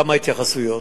כמה התייחסויות.